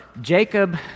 Jacob